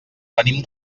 venim